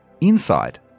inside